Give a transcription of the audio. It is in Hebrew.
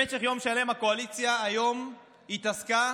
במשך יום שלם הקואליציה היום התעסקה